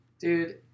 Dude